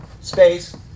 space